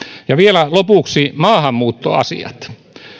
ja vielä lopuksi maahanmuuttoasiat